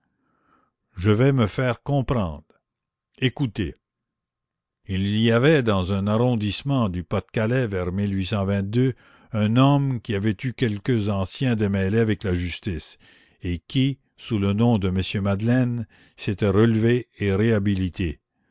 je vais me faire comprendre écoutez il y avait dans un arrondissement du pas-de-calais vers un homme qui avait eu quelque ancien démêlé avec la justice et qui sous le nom de m madeleine s'était relevé et réhabilité